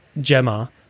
Gemma